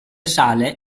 sale